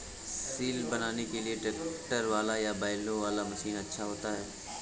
सिल बनाने के लिए ट्रैक्टर वाला या बैलों वाला मशीन अच्छा होता है?